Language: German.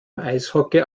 eishockey